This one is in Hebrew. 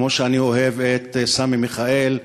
כמו שאני אוהב את סמי מיכאל,